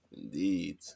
Indeed